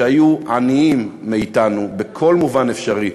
שהיו עניים מאתנו בכל מובן אפשרי,